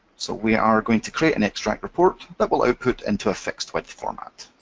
so we are going to create an extract report that will output into a fixed-width format.